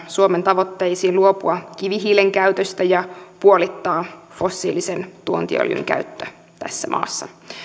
suomen tavoitteisiin luopua kivihiilen käytöstä ja puolittaa fossiilisen tuontiöljyn käyttö tässä maassa